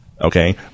Okay